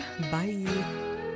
Bye